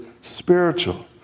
spiritual